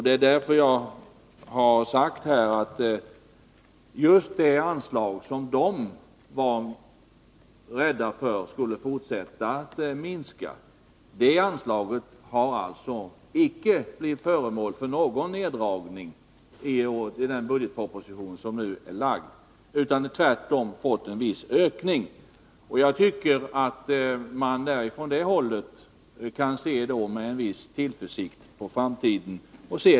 Det är därför jag sagt här att just det anslag som de var rädda för skulle fortsätta att minska icke har blivit föremål för någon neddragning i den budgetproposition som nu är framlagd, utan tvärtom fått en viss ökning. Jag tycker därför att man på det hållet kan se med en viss tillförsikt på framtiden.